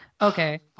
Okay